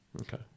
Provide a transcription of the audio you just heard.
Okay